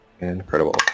incredible